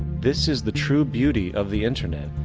this is the true beauty of the internet.